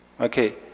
Okay